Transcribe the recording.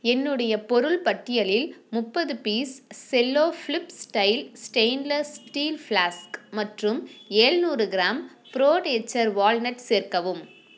என்னுடைய பொருள் பட்டியலில் முப்பது piece cello flip style stainless steel flask மற்றும் எழுநூறு கிராம் ப்ரோ நேச்சர் வால்நட் சேர்க்கவும்